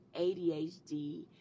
ADHD